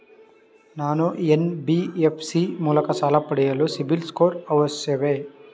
ನಾನು ಎನ್.ಬಿ.ಎಫ್.ಸಿ ಮೂಲಕ ಸಾಲ ಪಡೆಯಲು ಸಿಬಿಲ್ ಸ್ಕೋರ್ ಅವಶ್ಯವೇ?